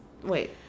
wait